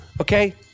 Okay